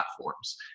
platforms